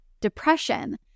depression